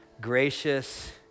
gracious